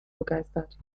begeistert